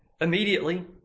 immediately